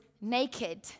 naked